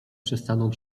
przestaną